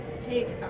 take